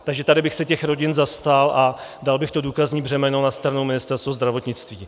Takže tady bych se těch rodin zastal a dal bych důkazní břemeno na stranu Ministerstvo zdravotnictví.